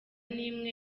n’imwe